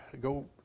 go